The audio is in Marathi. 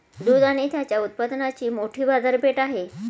दूध आणि त्याच्या उत्पादनांची मोठी बाजारपेठ आहे